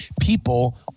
people